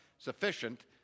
sufficient